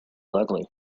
ugly